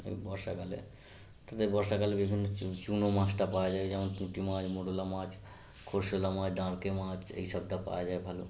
এই বর্ষাকালে তাই এই বর্ষাকালে বিভিন্ন চুনো মাছটা পাওয়া যায় যেমন পুঁটি মাছ মৌরলা মাছ খরশোলা মাছ দাঁড়কে মাছ এইসবটা পাওয়া যায় ভালো